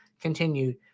continued